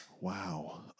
Wow